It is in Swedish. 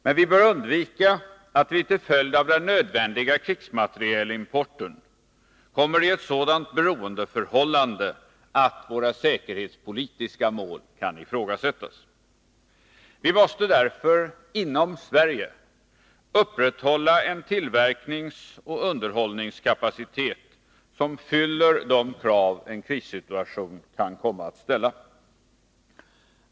Men vi bör undvika att vi till följd av den nödvändiga krigsmaterielimporten kommer i ett sådant beroendeförhållande att våra säkerhetspolitiska mål kan ifrågasättas. Vi måste därför inom Sverige upprätthålla en tillverkningsoch underhållningskapacitet som fyller de krav en krissituation kan komma att ställa.